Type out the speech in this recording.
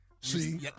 See